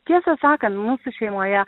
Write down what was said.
tiesą sakant mūsų šeimoje